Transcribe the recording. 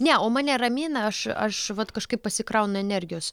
ne o mane ramina aš aš vat kažkaip pasikraunu energijos